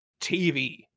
TV